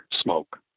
Smoke